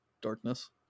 darkness